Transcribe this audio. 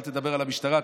אל תדבר על המשטרה,